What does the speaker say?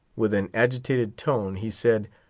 with an agitated tone, he said,